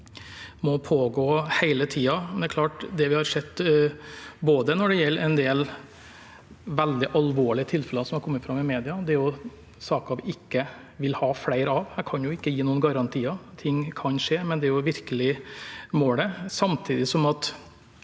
som må pågå hele tiden. Det vi har sett når det gjelder en del veldig alvorlige tilfeller som har kommet fram i media, er saker vi ikke vil ha flere av. Jeg kan ikke gi noen garantier, ting kan skje, men det er virkelig målet.